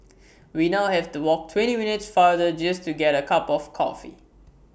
we now have to walk twenty minutes farther just to get A cup of coffee